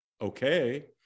okay